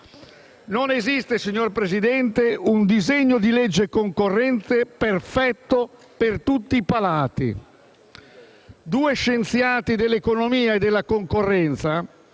perché non esiste un disegno di legge sulla concorrenza perfetto per tutti i palati. Due scienziati dell'economia e della concorrenza